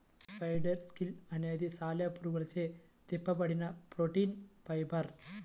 spider silk అనేది సాలెపురుగులచే తిప్పబడిన ప్రోటీన్ ఫైబర్